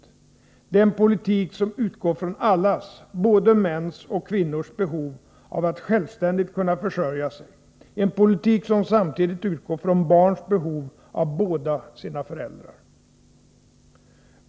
Det är en politik som utgår från allas — både mäns och kvinnors — behov av att självständigt kunna försörja sig, en politik som samtidigt utgår från barns behov av båda sina föräldrar.